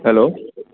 hello